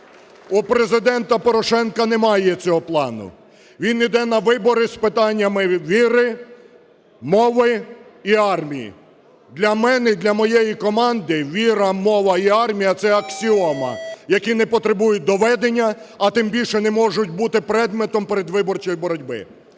У Президента Порошенка немає цього плану: він іде на вибори з питаннями віри, мови і армії. Для мене і моєї команди "віра, мова і армія" – це аксіома, які не потребують доведення, а тим більше не можуть бути предметом передвиборчої боротьби.